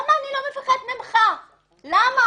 למה